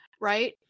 Right